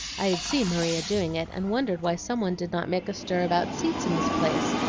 i'd seen maria doing it, and wondered why some one did not make a stir about seats in this place,